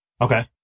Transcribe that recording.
Okay